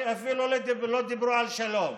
אפילו לא דיברו על שלום.